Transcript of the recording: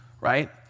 right